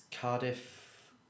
Cardiff